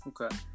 okay